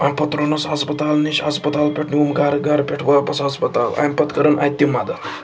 اَمہِ پتہٕ ترٛونس ہَسپَتال نِش ہَسپَتال پٮ۪ٹھ نیوٗم گَرٕ گَرٕ پٮ۪ٹھ واپَس ہَسپَتال اَمہِ پَتہٕ کٔرٕن اَتہِ تہِ مَدَتھ